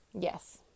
Yes